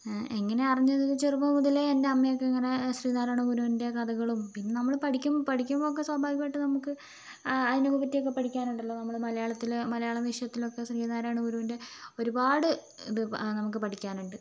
എങ്ങനെയാണ് അറിഞ്ഞത് ചെറുപ്പം മുതലേ എൻ്റെ അമ്മയൊക്കെ ഇങ്ങനെ ശ്രീ നാരായണ ഗുരുവിൻ്റെ കഥകളും പിന്നെ നമ്മൾ പഠിക്കുമ്പോൾ പഠിക്കുമ്പോൾ ഒക്കെ സ്വാഭാവികമായിട്ടും നമുക്ക് അതിനെ ഒക്കെപ്പറ്റിയൊക്കെ പഠിക്കാനുണ്ടല്ലോ നമ്മൾ മലയാളത്തിൽ മലയാളം വിഷയത്തിലൊക്കെ ശ്രീ നാരായണ ഗുരുവിൻ്റെ ഒരുപാട് ഇത് നമുക്ക് പഠിക്കാനുണ്ട്